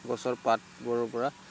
গছৰ পাতবোৰৰপৰা